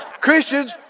Christians